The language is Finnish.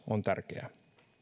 on tärkeää